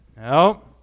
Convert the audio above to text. No